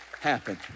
happen